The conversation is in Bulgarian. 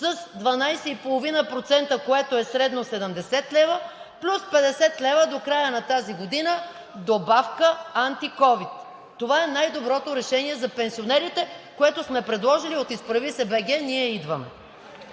с 12,5%, което е средно 70 лв., плюс 50 лв. до края на тази година добавка антиковид. Това е най-доброто решение за пенсионерите, което сме предложили от „Изправи се БГ! Ние идваме!“.